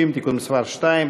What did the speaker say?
30) (תיקון מס' 2),